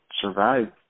survive